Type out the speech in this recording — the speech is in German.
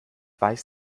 weiß